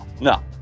No